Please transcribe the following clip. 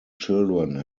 children